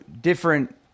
different